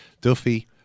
Duffy